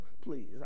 please